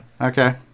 Okay